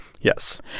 Yes